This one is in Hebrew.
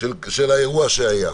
של האירוע שהיה.